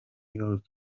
york